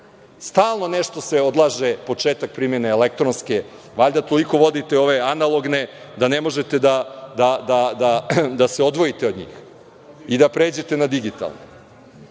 Stalno se nešto odlaže početak primene elektronske, valjda toliko vodite ove analogne da ne možete da se odvojite od njih i da pređete na digitalni. Onda